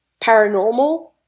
paranormal